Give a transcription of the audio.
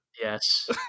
Yes